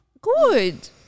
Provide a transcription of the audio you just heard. Good